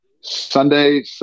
Sunday